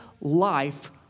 life